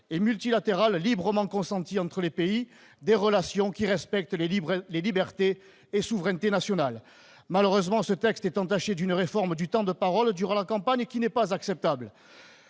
et multilatérales librement consenties entre les pays, des relations respectant libertés et souverainetés nationales. Malheureusement, ce texte est entaché d'une réforme du temps de parole durant la campagne qui n'est pas acceptable.